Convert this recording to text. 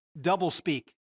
doublespeak